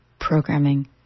programming